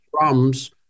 drums